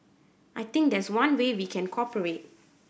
I think that's one way we can cooperate